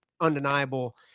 undeniable